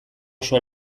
oso